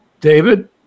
David